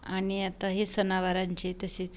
आणि आता हे सणावारांचे तसेच